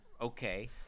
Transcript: Okay